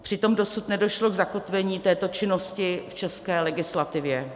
Přitom dosud nedošlo k zakotvení této činnosti v české legislativě.